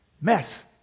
mess